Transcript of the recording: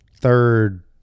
third